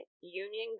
Union